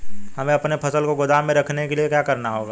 हमें अपनी फसल को गोदाम में रखने के लिये क्या करना होगा?